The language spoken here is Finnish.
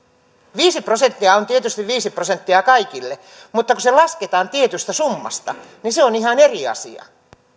viisi prosenttia on tietysti viisi prosenttia kaikille mutta kun se lasketaan tietystä summasta niin se on ihan eri asia